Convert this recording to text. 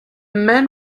man